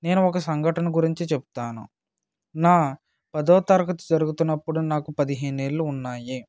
నేను ఒక సంఘటన గురించి చెప్తాను నా పదవ తరగతి చదువుతున్నపుడు నాకు పదిహేను ఏళ్ళు ఉన్నాయి